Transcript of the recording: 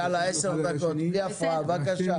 עשר דקות בלי הפרעה, בבקשה.